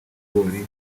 ibigori